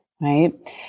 right